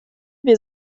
wir